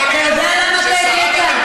אתה יודע למה אתה הטעית?